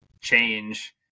change